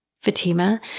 Fatima